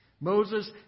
Moses